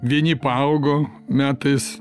vieni paaugo metais